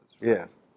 Yes